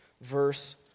verse